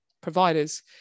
providers